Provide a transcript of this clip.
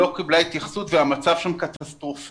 היא לא קיבלה התייחסות והמצב שם קטסטרופלי.